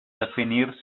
definir